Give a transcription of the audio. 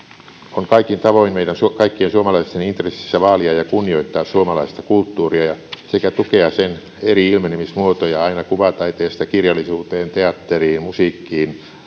on kaikin tavoin meidän kaikkien suomalaisten intressissä vaalia ja kunnioittaa suomalaista kulttuuria sekä tukea sen eri ilmenemismuotoja aina kuvataiteesta kirjallisuuteen teatteriin musiikkiin